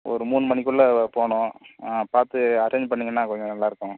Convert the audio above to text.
ஒரு மூணு மணிக்குள்ளே போகணும் பார்த்து அரேஞ்ச் பண்ணீங்கனா கொஞ்சம் நல்லாயிருக்கும்